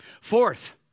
Fourth